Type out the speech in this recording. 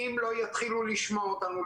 אם לא יתחילו לשמוע אותנו,